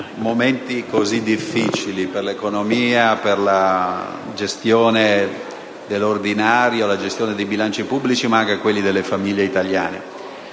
momenti così difficili per l'economia, per la gestione dell'ordinario dei bilanci pubblici, ma anche di quelli delle famiglie italiane.